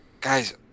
guys